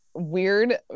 weird